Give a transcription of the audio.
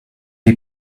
est